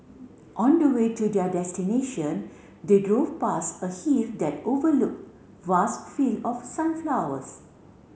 on the way to their destination they drove past a hill that overlooked vast field of sunflowers